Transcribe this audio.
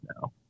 No